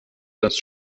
dass